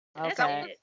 okay